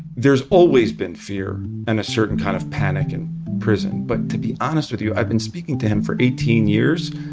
there's always been fear and a certain kind of panic in prison. but to be honest with you, i've been speaking to him for eighteen years.